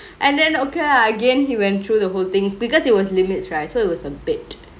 and then okay lah again he went through the whole thingk because it was limits right so it was a bit